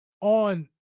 on